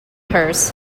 hers